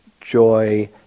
joy